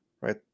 right